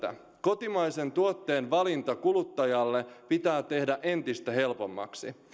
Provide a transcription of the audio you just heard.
kotimaisen tuotteen valinta kuluttajalle pitää tehdä entistä helpommaksi